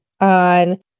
on